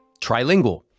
Trilingual